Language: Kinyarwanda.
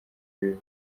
bibi